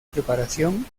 preparación